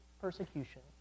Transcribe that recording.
persecution